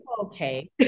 Okay